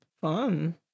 Fun